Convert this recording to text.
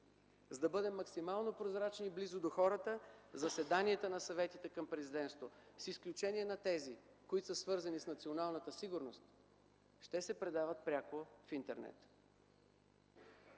За да бъдем максимално прозрачни и близо до хората, заседанията в съветите към Президентството, с изключение на тези, които са свързани с националната сигурност, ще се предават пряко в интернет.